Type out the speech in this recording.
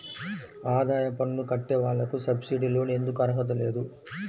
ఆదాయ పన్ను కట్టే వాళ్లకు సబ్సిడీ లోన్ ఎందుకు అర్హత లేదు?